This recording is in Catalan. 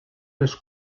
les